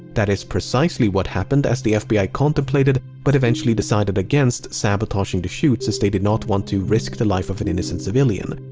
that is precisely what happened as the fbi contemplated but eventually decided against sabotaging the chutes as they did not want to risk the life of an innocent civilian.